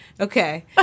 okay